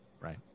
Right